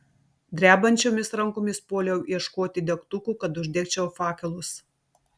drebančiomis rankomis puoliau ieškoti degtukų kad uždegčiau fakelus